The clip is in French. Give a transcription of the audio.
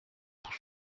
pour